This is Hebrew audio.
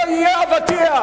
לא יהיה אבטיח.